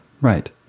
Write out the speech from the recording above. Right